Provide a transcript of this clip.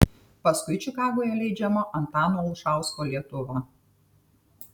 paskui čikagoje leidžiama antano olšausko lietuva